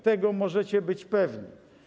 Tego możecie być pewni.